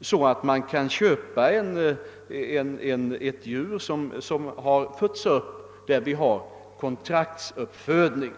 så att man kan köpa djur som blivit uppfödda på ett ställe där vi har kontraktuppfödning.